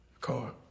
car